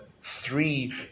three